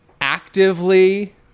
actively